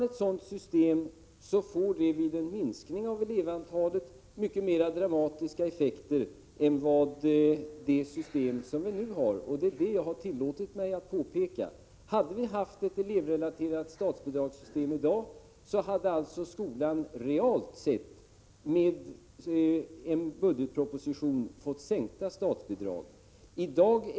Ett sådant system får vid en minskning av elevantalet mycket mer dramatiska effekter än det nuvarande systemet, och det är det jag har tillåtit mig att påpeka. Om vi i dag hade haft ett elevrelaterat statsbidragssystem hade skolan realt sett i en budgetproposition fått sänkta bidrag.